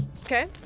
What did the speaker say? Okay